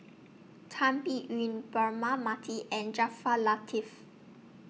Tan Biyun Braema Mathi and Jaafar Latiff